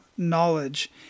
Knowledge